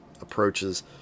approaches